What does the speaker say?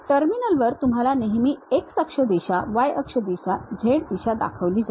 टर्मिनलवर तुम्हाला नेहमी x अक्ष दिशा y अक्ष दिशा z दिशा दाखवली जाते